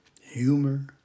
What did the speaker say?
humor